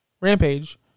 Rampage